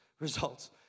results